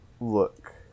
Look